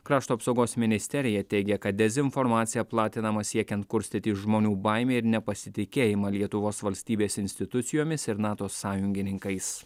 krašto apsaugos ministerija teigia kad dezinformacija platinama siekiant kurstyti žmonių baimę ir nepasitikėjimą lietuvos valstybės institucijomis ir nato sąjungininkais